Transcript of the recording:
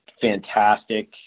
fantastic